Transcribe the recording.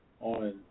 on